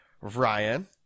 ryan